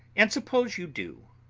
and suppose you do,